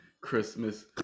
christmas